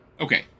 Okay